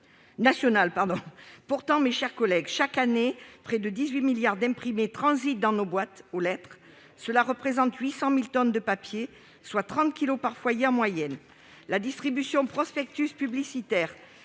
Pourtant, mes chers collègues, chaque année, près de 18 milliards d'imprimés transitent dans nos boîtes aux lettres. Cela représente 800 000 tonnes de papier, soit 30 kilogrammes par foyer en moyenne. La distribution de prospectus publicitaires